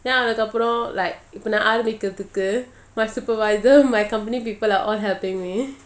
then நான்அதுக்கப்புறம்:nan adhukapuram like இப்பநான்ஆரம்பிக்கிறதுக்கு:ipo nan arambikirathuku my supervisor my company people are all helping me